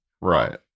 right